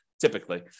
typically